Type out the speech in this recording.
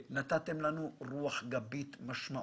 נתתם לנו רוח גבית משמעותית,